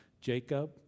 Jacob